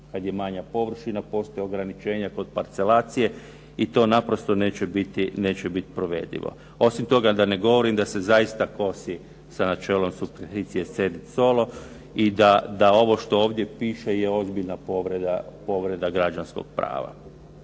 kada je manja površina. Postoje ograničenja kod parcelacija i to naprosto neće biti provedivo. Osim toga da ne govorim da se zaista kosi sa načelom ... /Govornik se ne razumije./ ... i da ovo što ovdje piše je ozbiljna povreda građanskog prava.